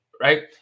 Right